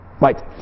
Right